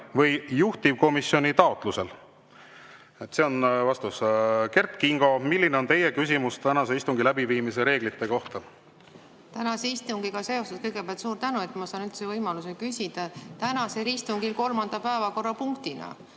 või juhtivkomisjoni taotlusel. See on vastus. Kert Kingo, milline on teie küsimus tänase istungi läbiviimise reeglite kohta? Kõigepealt suur tänu, et ma saan üldse võimaluse küsida! Tänase istungi kolmanda päevakorrapunktiga